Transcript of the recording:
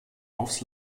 aufs